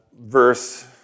verse